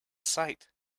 sight